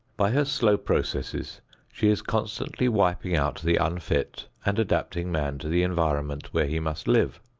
by her slow processes she is continually wiping out the unfit and adapting man to the environment where he must live.